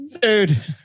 dude